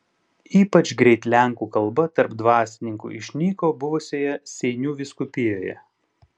ypač greit lenkų kalba tarp dvasininkų išnyko buvusioje seinų vyskupijoje